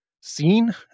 seen